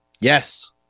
Yes